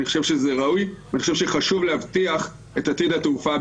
אני חושב שזה ראוי ואני חושב שחשוב להבטיח את עתיד התעופה בישראל.